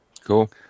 cool